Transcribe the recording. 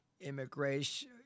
immigration